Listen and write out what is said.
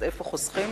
אז איפה חוסכים?